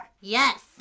Yes